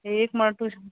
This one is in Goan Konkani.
एक मातूर